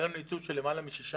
היה לנו יצוא של למעלה מ-6 מיליארד.